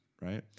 right